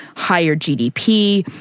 higher gdp,